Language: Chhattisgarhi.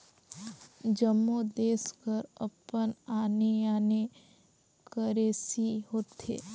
जम्मो देस कर अपन आने आने करेंसी होथे